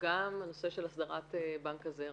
גם הנושא של הסדרת בנק הזרע